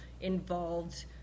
involved